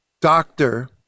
doctor